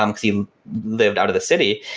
um because he lived out of the city,